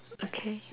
okay